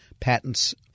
patents